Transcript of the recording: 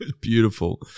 Beautiful